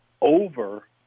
over